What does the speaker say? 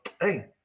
Hey